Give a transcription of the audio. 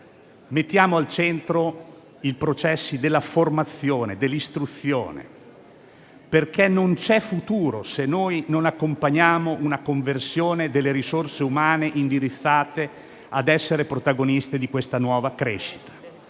mettiamo al centro i processi della formazione e dell'istruzione, perché non c'è futuro se non accompagniamo una conversione delle risorse umane indirizzate ad essere protagoniste di questa nuova crescita.